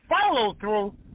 follow-through